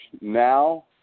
now